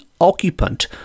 occupant